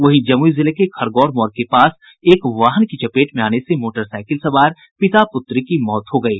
वहीं जमुई जिले के खड़गौर मोड़ के पास एक वाहन की चपेट में आने से मोटरसाईकिल सवार पिता पुत्री की मौत हो गयी